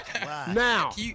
Now